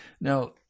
Now